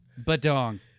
Badong